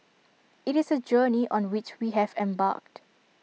IT is A journey on which we have embarked